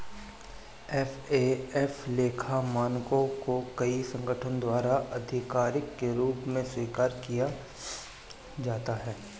FAF लेखा मानकों को कई संगठनों द्वारा आधिकारिक के रूप में स्वीकार किया जाता है